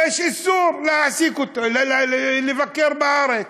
יש איסור לבקר בארץ,